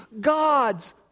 God's